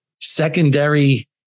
secondary